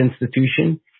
institution